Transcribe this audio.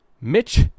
Mitch